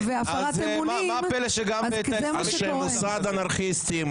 אנשי המוסד אנרכיסטים,